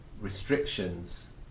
restrictions